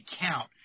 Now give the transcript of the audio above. count